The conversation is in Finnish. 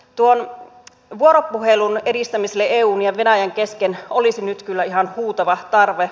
tuon vuoropuhelun edistämiselle eun ja venäjän kesken olisi nyt kyllä ihan huutava tarve